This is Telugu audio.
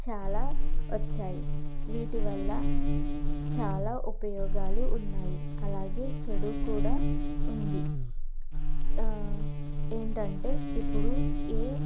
చాలా వచ్చాయి వీటివల్ల చాలా ఉపయోగాలు ఉన్నాయి అలాగే చెడు కూడా ఉంది ఏంటంటే ఇప్పుడు ఏ